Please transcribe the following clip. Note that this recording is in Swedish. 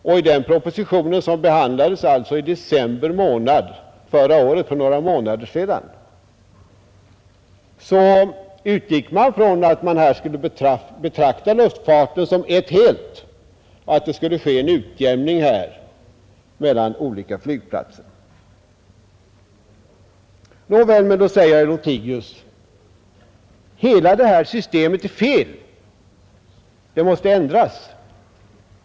I den proposition som behandlades i december förra året — alltså för några månader sedan — utgick man från att man skulle betrakta luftfarten som ett helt och att det skulle ske en utjämning mellan olika flygplatser. Nåväl, men då säger herr Lothigius: ”Hela detta system är fel. Det måste ändras.